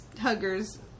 hugger's